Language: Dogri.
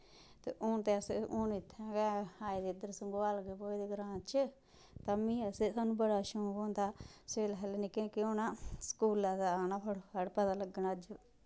ते हून ते अस हून इत्थै गै आए दे संगोआल गै ब्होए दे ग्रांऽ च तां बी अस स्हानू बड़ा शौंक होंदा सवेल्ला सवेल्ला निक्के निक्के होना स्कूला दा आना फटो फट पता लग्गना अज्ज